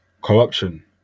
Corruption